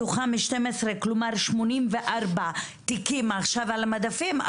מתוכם 12, כלומר 84 תיקים עכשיו על המדפים.